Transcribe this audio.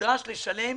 נדרש לשלם